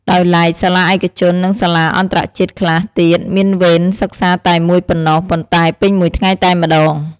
ដោយឡែកសាលាឯកជន និងសាលាអន្តរជាតិខ្លះទៀតមានវេនសិក្សាតែមួយប៉ុណ្ណោះ ប៉ុន្តែពេញមួយថ្ងៃតែម្ដង។